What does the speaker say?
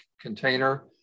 container